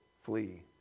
flee